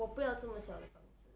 我不要这么小的房子